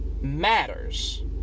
matters